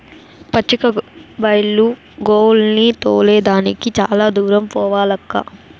పచ్చిక బైలు గోవుల్ని తోలే దానికి చాలా దూరం పోవాలక్కా